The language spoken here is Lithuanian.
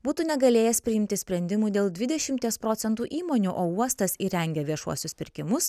būtų negalėjęs priimti sprendimų dėl dvidešimties procentų įmonių o uostas įrengia viešuosius pirkimus